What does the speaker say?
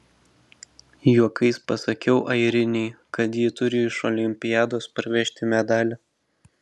juokais pasakiau airinei kad ji turi iš olimpiados parvežti medalį